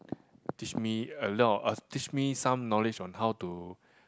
teach me a lot of teach me some knowledge on how to